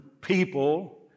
people